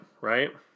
Right